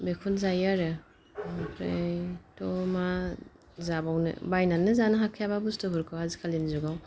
बेखौनो जायो आरो ओमफ्रायथ' मा जाबावनो बायनानैनो जानो हाखायाबा बुस्थुफोरखौ आजिखालिनि जुगाव